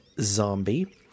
Zombie